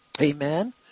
Amen